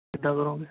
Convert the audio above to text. ਕਿੱਦਾਂ ਕਰੋਗੇ